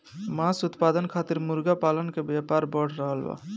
मांस उत्पादन खातिर मुर्गा पालन के व्यापार बढ़ रहल बा